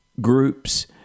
groups